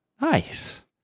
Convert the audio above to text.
Nice